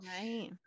right